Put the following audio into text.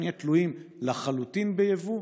נהיה תלויים לחלוטין ביבוא.